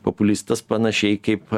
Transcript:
populistas panašiai kaip